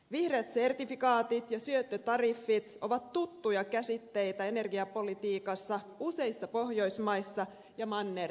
vihreät sertifikaatit ja syöttötariffit ovat tuttuja käsitteitä energiapolitiikassa useissa pohjoismaissa ja manner euroopassa